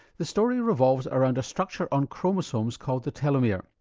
the story revolves around a structure on chromosomes called the telomere.